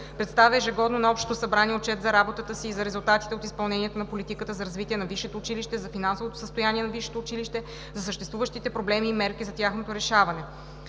представя ежегодно на общото събрание отчет за работата си и за резултатите от изпълнението на политиката за развитие на висшето училище, за финансовото състояние на висшето училище, за съществуващите проблеми и мерки за тяхното решаване;“